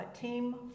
team